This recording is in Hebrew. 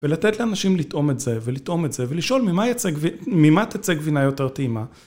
ולתת לאנשים לטעום את זה ולטעום את זה ולשאול ממה תצא גבינה יותר טעימה